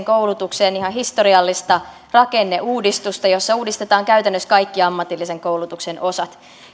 koulutukseen ihan historiallista rakenneuudistusta jossa uudistetaan käytännössä kaikki ammatillisen koulutuksen osat